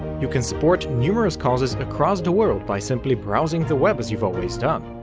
you can support numerous causes across the world, by simply browsing the web as you've always done.